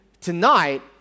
tonight